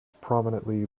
prominently